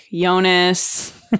Jonas